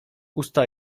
usta